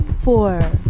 four